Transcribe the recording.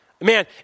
Man